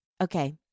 okay